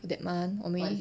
that month 我们